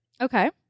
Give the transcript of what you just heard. Okay